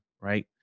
right